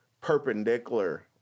perpendicular